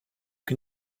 can